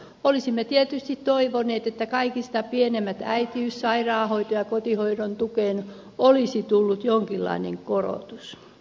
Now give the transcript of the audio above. olisimme tietysti toivoneet että kaikista pienimpiin äitiys ja sairauspäivärahaan ja kotihoidon tukeen olisi tullut jonkinlainen korotus